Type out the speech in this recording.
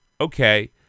okay